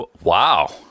Wow